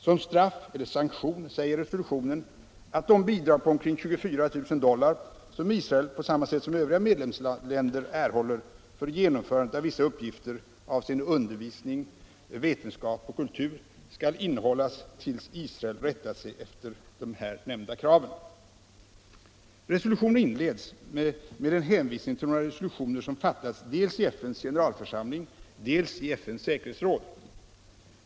Som straff eller sanktion säger resolutionen att de bidrag på omkring 24 000 dollar som Israel på samma sätt som övriga medlemsländer erhåller för genomförandet av vissa uppgifter avseende undervisning, vetenskap och kultur, skall innehållas tills Israel rättat sig efter här nämnda krav. Resolutionen inleds med en hänvisning till några resolutioner som antagits dels i FN:s generalförsamling, dels i FN:s säkerhetsråd.